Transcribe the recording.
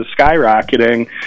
skyrocketing